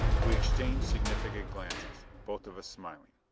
we exchanged significant glances, both of us smiling.